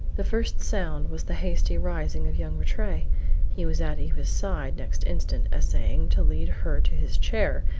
the first sound was the hasty rising of young rattray he was at eva's side next instant, essaying to lead her to his chair,